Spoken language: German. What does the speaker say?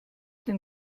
den